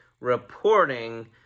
reporting